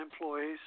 employees